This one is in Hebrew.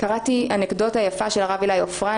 קראתי אנקדוטה יפה של הרב עילאי עופרן